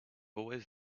always